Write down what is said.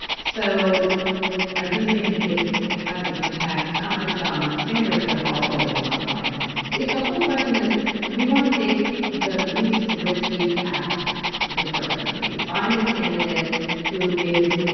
so i do think it has an impact not just on sanders but also on biden. if the whole question is we want to take the least risky path to the presidency find the candidate who is